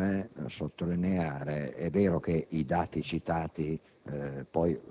mi preme sottolineare che è vero che i dati citati